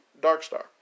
Darkstar